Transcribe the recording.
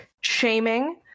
shaming